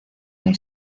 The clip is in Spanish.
hay